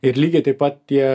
ir lygiai taip pat tie